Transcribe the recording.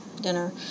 dinner